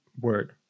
word